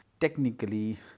technically